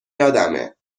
یادمه